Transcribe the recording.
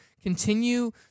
continue